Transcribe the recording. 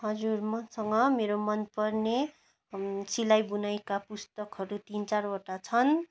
हजुर मसँग मेरो मन पर्ने सिलाइ बुनाइका पुस्तकहरू तिन चारवटा छन्